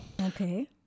Okay